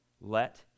Let